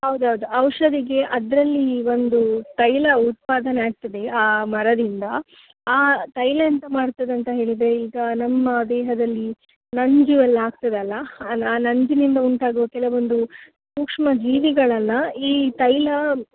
ಹೌದೌದ್ ಔಷಧಿಗೆ ಅದರಲ್ಲಿ ಒಂದು ತೈಲ ಉತ್ಪಾದನೆ ಆಗ್ತದೆ ಆ ಮರದಿಂದ ಆ ತೈಲ ಎಂಥ ಮಾಡ್ತದಂತ ಹೇಳಿದರೆ ಈಗ ನಮ್ಮ ದೇಹದಲ್ಲಿ ನಂಜು ಎಲ್ಲ ಆಗ್ತದಲ್ಲ ಅಲ ಆ ನಂಜಿನಿಂದ ಉಂಟಾಗುವ ಕೆಲವೊಂದು ಸೂಕ್ಷ್ಮ ಜೀವಿಗಳನ್ನು ಈ ತೈಲ